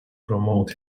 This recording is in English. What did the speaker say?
promote